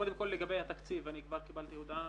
קודם כל, לגבי התקציב, אני כבר קיבלתי הודעה